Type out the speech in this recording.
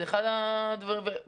בוודאי, נכון.